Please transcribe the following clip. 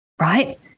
Right